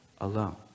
alone